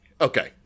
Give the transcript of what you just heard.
Okay